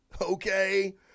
okay